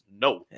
no